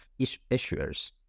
issuers